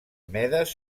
medes